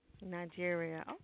Nigeria